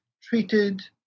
treated